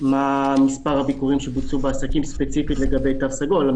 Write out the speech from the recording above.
מה מספר הביקורים שבוצעו בעסקים ספציפית לגבי תו סגול.